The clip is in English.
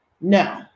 No